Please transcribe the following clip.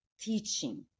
teaching